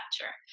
capture